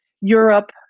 Europe